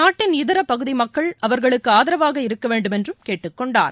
நாட்டின் இதர பகுதி மக்கள் அவர்களுக்கு ஆதரவாக இருக்கவேண்டும் என்றும் கேட்டுக்கொண்டார்